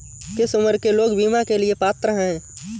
किस उम्र के लोग बीमा के लिए पात्र हैं?